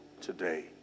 today